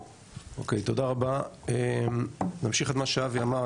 אוקיי, תודה רבה, אמשיך את מה שאבי אמר.